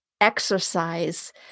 Exercise